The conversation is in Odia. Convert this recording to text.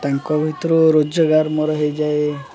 ତାଙ୍କ ଭିତରୁ ରୋଜଗାର ମୋର ହେଇଯାଏ